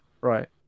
right